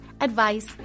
advice